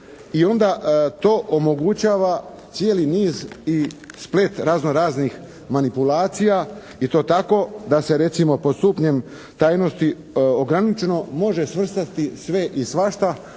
I onda to omogućava cijeli niz i splet razno-raznih manipulacija i to tako da se recimo pod stupnjem tajnosti ograničeno može svrstati sve i svašta